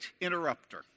interrupter